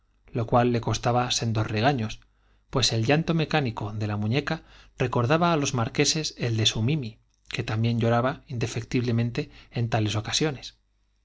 lo cual le costaba sendos regaños pues el llanto mecánico de la la jil u e r te del a jiii u ñ e muñeca recordaba á los marqueses el de su mimi que también lloraba indefectiblemente en tales ocasiones